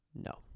No